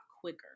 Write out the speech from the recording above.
quicker